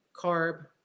carb